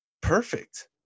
perfect